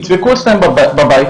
ידפקו אצלם בבית,